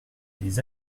les